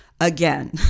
again